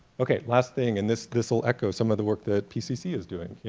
okay last thing and this this well echo some of the work that pcc is doing.